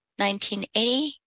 1980